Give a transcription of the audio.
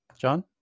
John